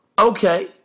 Okay